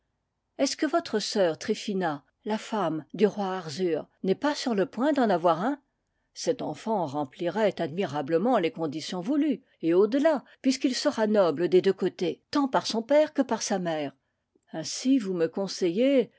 est-ce que votre sœur tryphina la femme du roi arzur n'est pas sur le point d'en avoir un cet enfant remplirait admirablement les conditions voulues et au delà puisqu'il sera noble des deux côtés tant par son père que par sa mère ainsi vous me conseillez